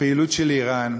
הפעילות של איראן,